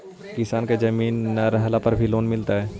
किसान के जमीन न रहला पर भी लोन मिलतइ?